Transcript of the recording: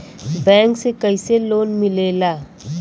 Bank से कइसे loan मिलेला?